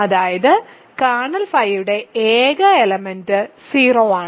അതായത് കേർണൽ ഫൈയുടെ ഏക എലമെന്റ് 0 ആണ്